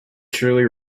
truly